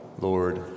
Lord